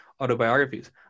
autobiographies